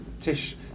Tish